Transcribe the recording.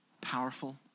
powerful